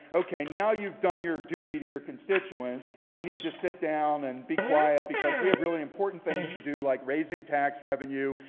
okay. now you've done your duty to your constituents. you need to sit down and be quiet, because we have really important things to do like raising tax revenue,